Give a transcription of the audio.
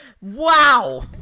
Wow